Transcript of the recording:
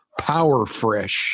Powerfresh